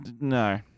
no